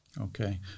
Okay